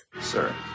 Sir